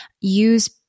use